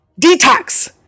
detox